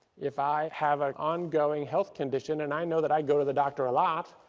if i have an ongoing health condition and i know that i go to the doctor a lot,